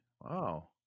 wow